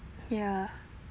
ya